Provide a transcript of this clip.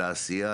על העשייה,